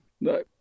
no